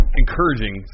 encouraging